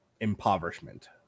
impoverishment